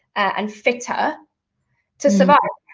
and fitter to survive.